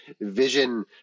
vision